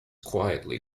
quietly